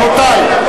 רבותי,